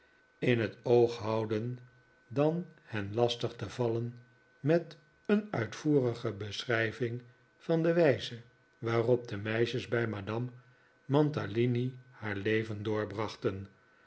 in het oog houden dan hen lastig te vallen met een uitvoerige beschrijving van de wijze waarop de meisjes bij madame mantalini haar leven